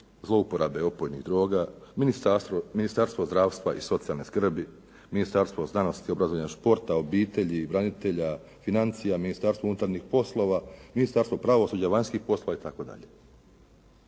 zlouporabe opojnih droga, Ministarstva zdravstva i socijalne skrbi, Ministarstvo znanosti, obrazovanja, športa, obitelji i branitelja, financija, Ministarstvo unutarnjih poslova, Ministarstvo pravosuđa, vanjskih poslova itd.